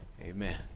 Amen